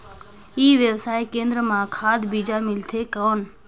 ई व्यवसाय केंद्र मां खाद बीजा मिलथे कौन?